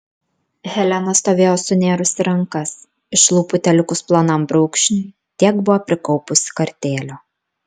helena stovėjo sunėrusi rankas iš lūpų telikus plonam brūkšniui tiek buvo prikaupusi kartėlio